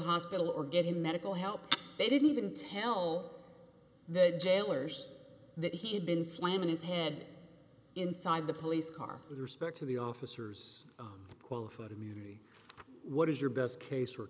hospital or get him medical help they didn't even tell the jailers that he had been slamming his head inside the police car with respect to the officers qualified immunity what is your best case